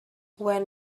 when